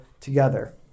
together